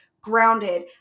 grounded